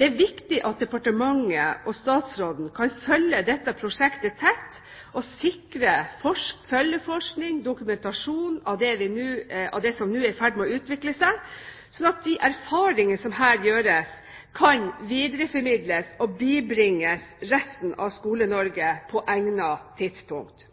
det viktig at departementet og statsråden kan følge dette prosjektet tett og sikre dokumentasjon av det som nå er i ferd med å utvikle seg, slik at de erfaringer som her gjøres, kan videreformidles og bibringes resten av Skole-Norge på egnet tidspunkt.